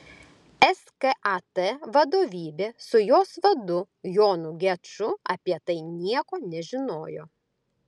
skat vadovybė su jos vadu jonu geču apie tai nieko nežinojo